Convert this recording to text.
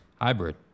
Hybrid